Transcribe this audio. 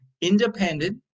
independent